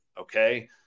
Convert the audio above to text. Okay